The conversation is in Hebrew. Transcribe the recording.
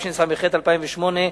התשס"ח 2008,